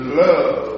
love